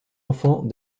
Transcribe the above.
enfants